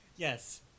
Yes